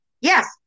Yes